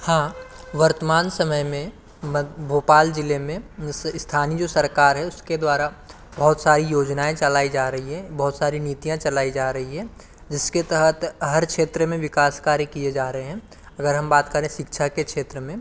हाँ वर्तमान समय में मध्य भोपाल ज़िले में स्थानीय जो सरकार है उसके द्वारा बहुत सारी योजनाऍं चलाई जा रही हैं बहुत सारी नीतियाँ चलाई जा रही हैं जिसके तहत हर क्षेत्र में विकास के कार्य किए जा रहे हैं अगर हम बात करें शिक्षा के क्षेत्र में